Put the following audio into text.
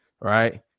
right